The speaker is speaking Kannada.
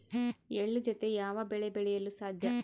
ಎಳ್ಳು ಜೂತೆ ಯಾವ ಬೆಳೆ ಬೆಳೆಯಲು ಸಾಧ್ಯ?